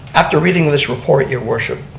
after reading this report your worship,